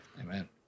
Amen